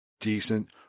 decent